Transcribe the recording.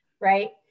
Right